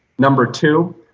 number two.